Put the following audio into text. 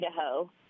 Idaho